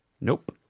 Nope